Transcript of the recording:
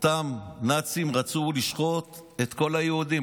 אותם נאצים רצו לשחוט את כל היהודים,